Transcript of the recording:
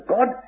God